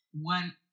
one